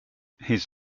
his